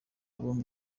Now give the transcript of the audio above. bombi